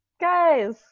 guys